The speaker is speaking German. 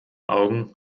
augen